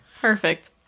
Perfect